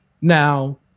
Now